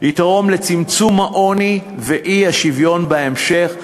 יתרום לצמצום העוני והאי-שוויון בהמשך,